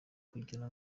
kugira